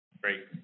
Great